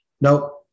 nope